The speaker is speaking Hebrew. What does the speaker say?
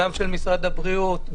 גם של משרד הבריאות,